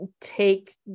take